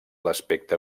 l’aspecte